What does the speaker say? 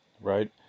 right